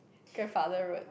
grandfather road